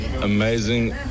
amazing